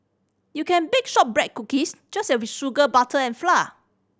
you can bake shortbread cookies just with sugar butter and flour